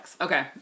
Okay